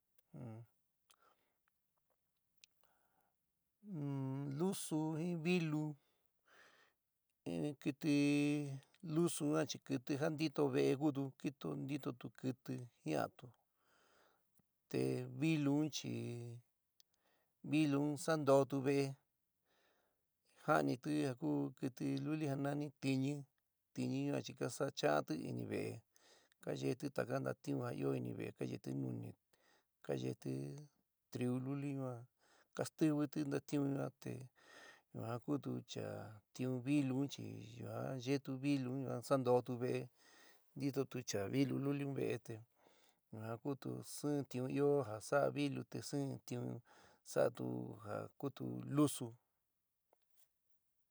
Lusu jin vilu, in kɨtɨ lusu yuán chi kɨtɨ ja ntitó ve'é kutu ntitó ntitó tu kɨtɨ, jiántu; te vilu un chi vilu un saátotu ve'é, j'ániti ja ku kɨtɨ luli ja nani tɨñɨ, tɨñɨ ñua chi ka sa cha'ánti ini veé kayeéti taka ntatiún ja ɨó ini ve'é ka yeéti nuni, ka yeéti triu luli ñua, ka stɨvɨti ntatiún yuan te yuán kutu cha tiún vilu chi yuan yetu vilu yuán santoótu ve'é ntitotu cha luli vilu un ve'é te yuan kutu sɨn tiún ɨó ja sa'á vilu te sɨn tiún sa'atu ja kutu lusu.